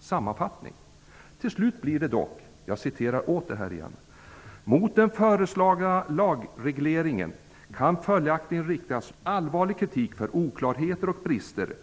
sammanfattning. Till slut blir det dock: ''Mot den föreslagna lagregleringen kan följaktligen riktas allvarlig kritik för oklarheter och brister.